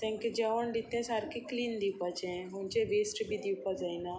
तांकां जेवण दिता तें सारकें क्लीन दिवपाचें खंयचें वेस्ट बी दिवपाक जायना